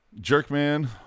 Jerkman